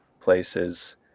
places